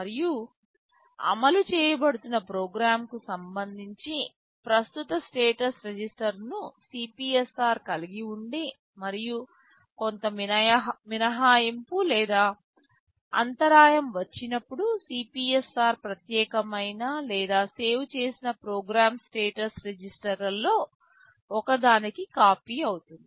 మరియు అమలు చేయబడుతున్న ప్రోగ్రామ్కు సంబంధించి ప్రస్తుత స్టేటస్ రిజిస్టర్ను CPSR కలిగి ఉండి మరియు కొంత మినహాయింపు లేదా అంతరాయం వచ్చినప్పుడు CPSR ప్రత్యేకమైన లేదా సేవ్ చేసిన ప్రోగ్రామ్ స్టేటస్ రిజిస్టర్లలో ఒకదానికి కాపీ అవుతుంది